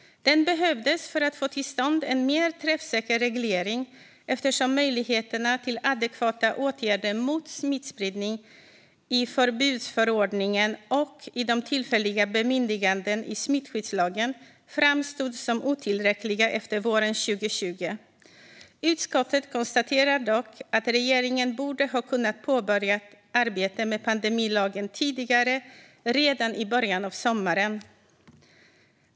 Den behövdes för att få till stånd en mer träffsäker reglering eftersom möjligheterna till adekvata åtgärder mot smittspridning i förbudsförordningen och i tillfälliga bemyndiganden i smittskyddslagen framstod som otillräckliga efter våren 2020. Utskottet konstaterar dock att regeringen borde ha kunnat påbörja arbetet med pandemilagen tidigare, redan i början av sommaren.